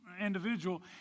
individual